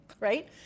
Right